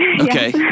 Okay